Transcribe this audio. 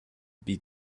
beat